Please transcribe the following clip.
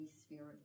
Spirit